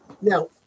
Now